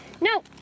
No